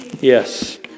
Yes